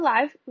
Life